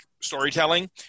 storytelling